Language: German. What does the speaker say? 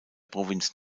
provinz